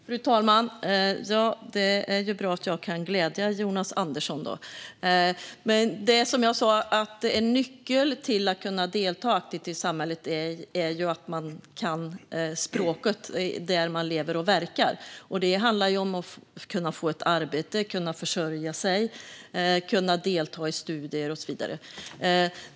Fru talman! Det är bra att jag kan glädja Jonas Andersson. Som jag sa är en nyckel till att kunna delta aktivt i samhället att man kan språket där man lever och verkar. Det handlar om att kunna få ett arbete, kunna försörja sig, kunna delta i studier och så vidare.